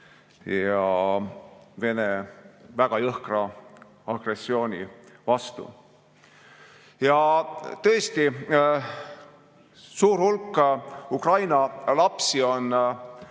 sõjas Vene väga jõhkra agressiooni vastu. Tõesti, suur hulk Ukraina lapsi on